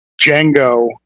Django